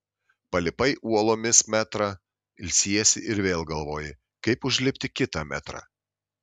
palipai uolomis metrą ilsiesi ir vėl galvoji kaip užlipti kitą metrą